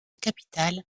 capitale